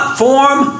form